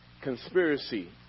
Conspiracy